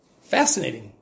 Fascinating